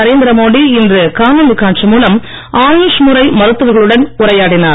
நரேந்திர மோடி இன்று காணொலி காட்சி மூலம் ஆயுஷ் முறை மருத்துவர்களுடன் உரையாடினார்